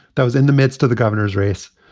that was in the midst of the governor's race.